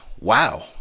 wow